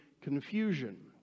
confusion